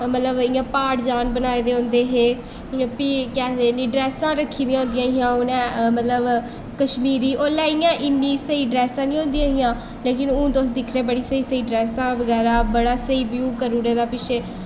ओह् मतलब इ'यां प्हाड़ जन बनाए दे होंदे हे ड्रैसां रक्खी दियां होंदियां हां उ'नें मतलब कश्मीरी उसलै इन्नी स्हेई ड्रैसां निं होंदियां हां लेकिन हून तुस दिक्खने बड़ियां स्हेई स्हेई ड्रैसां बगैरा बड़ा स्हेई व्यू करी ओड़े दे पिच्छें